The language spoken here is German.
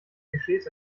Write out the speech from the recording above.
klischees